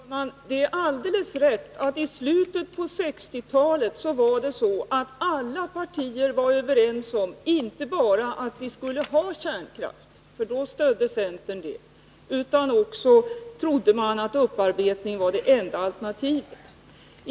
Herr talman! Det är alldeles riktigt att alla partier i slutet av 1960-talet inte bara var överens om att vi skulle ha kärnkraft — då stödde centern det — utan också trodde att upparbetning var det enda alternativet.